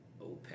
OPEC